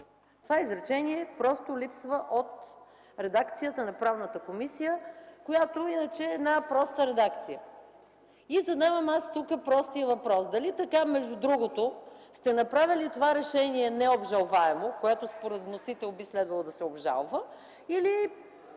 Това изречение липсва от редакцията на Правната комисия, която иначе е една проста редакция. И тук аз задавам простия въпрос: дали между другото сте направили това решение необжалваемо, което според вносител би следвало да се обжалва, или